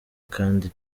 kandi